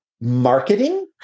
marketing